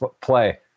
play